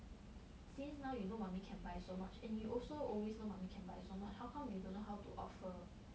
since now you know mummy can buy so much and you also always know mummy can buy so much how come you don't know how to offer